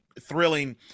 thrilling